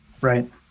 Right